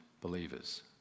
believers